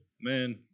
Man